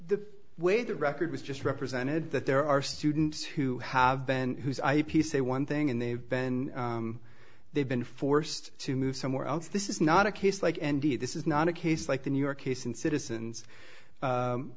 the way the record was just represented that there are students who have been whose ip say one thing and they've been they've been forced to move somewhere else this is not a case like andy this is not a case like the new york case in citizens